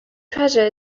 treasure